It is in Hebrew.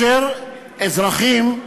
אזרחים,